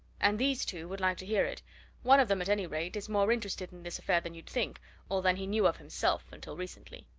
and these two would like to hear it one of them, at any rate, is more interested in this affair than you'd think or than he knew of himself until recently.